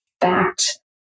fact